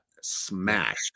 smashed